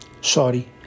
Sorry